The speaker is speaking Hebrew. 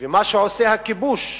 ומה שעושה הכיבוש,